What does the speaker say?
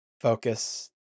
focus